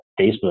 Facebook